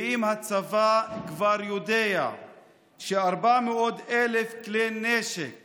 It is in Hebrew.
ואם הצבא כבר יודע ש-400,000 כלי נשק